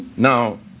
Now